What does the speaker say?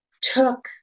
took